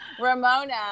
Ramona